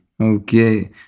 Okay